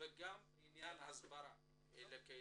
וההסברה לקהילה.